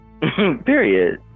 Period